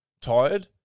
tired